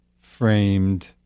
framed